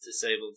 disabled